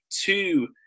two